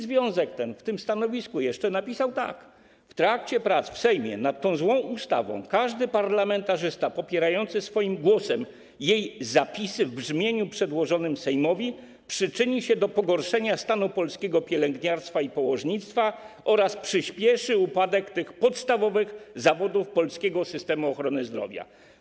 Związek ten w tym stanowisku napisał jeszcze tak: w trakcie prac w Sejmie nad tą złą ustawą każdy parlamentarzysta popierający swoim głosem jej zapisy w brzmieniu przedłożonym Sejmowi przyczyni się do pogorszenia stanu polskiego pielęgniarstwa i położnictwa oraz przyspieszy upadek tych podstawowych zawodów polskiego systemu ochrony zdrowia.